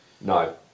No